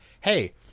hey